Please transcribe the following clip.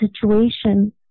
situation